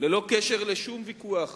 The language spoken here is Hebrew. ללא קשר לשום ויכוח